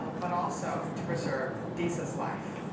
but also to preserve disa's life.